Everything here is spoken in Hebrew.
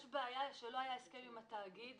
יש בעיה שלא היה הסכם עם התאגיד.